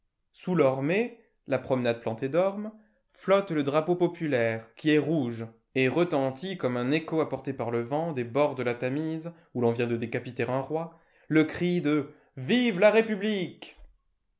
sous l'ormée la promenade plantée d'ormes flotte le drapeau populaire qui est rouge et retentit comme un écho apporté par le vent des bords de la tamise où l'on vient de décapiter un roi le cri de vive la république